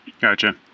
Gotcha